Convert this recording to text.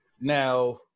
Now